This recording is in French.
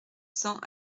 cents